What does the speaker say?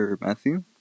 Matthew